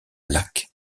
laque